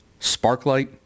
Sparklight